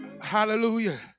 hallelujah